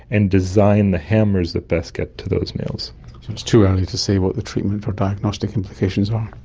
and design the hammers that best get to those nails. so it's too early to say what the treatment or diagnostic implications are.